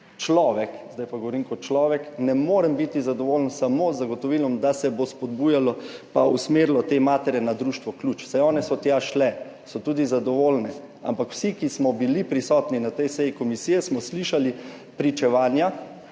človek, zdaj pa govorim kot človek, ne morem biti zadovoljen samo z zagotovilom, da se bo spodbujalo pa usmerilo te matere na Društvo Ključ, saj one so tja šle, so tudi zadovoljne, ampak vsi, ki smo bili prisotni na tej seji komisije, smo slišali pričevanja,